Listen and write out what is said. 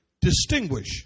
distinguish